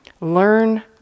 learn